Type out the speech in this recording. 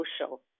social